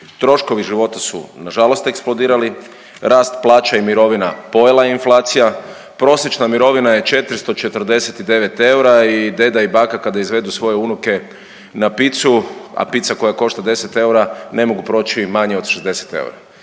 Troškovi života su na žalost eksplodirali, raste plaća i mirovina pojela je inflacija, prosječna mirovina je 449 eura i deda i baka kada izvedu svoje unuke na pizzu, a pizza koja košta 10 eura, ne mogu proći manje od 60 eura